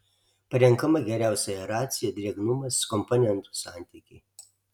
parenkama geriausia aeracija drėgnumas komponentų santykiai